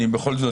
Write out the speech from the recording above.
בכל זאת,